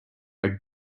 are